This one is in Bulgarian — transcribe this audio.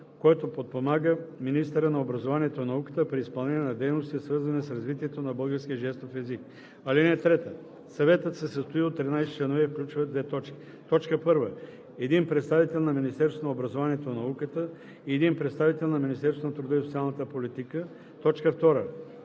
който подпомага министъра на образованието и науката при изпълнение на дейностите, свързани с развитието на българския жестов език. (3) Съветът се състои от 13 членове и включва: 1. един представител на Министерството на образованието и науката и един представител на Министерството на труда и социалната политика; 2. двама